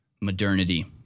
modernity